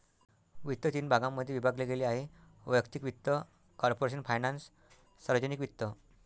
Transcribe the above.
वित्त तीन भागांमध्ये विभागले गेले आहेः वैयक्तिक वित्त, कॉर्पोरेशन फायनान्स, सार्वजनिक वित्त